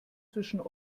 zwischen